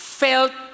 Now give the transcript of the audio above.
felt